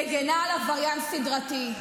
מגינה על עבריין סדרתי.